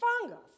Fungus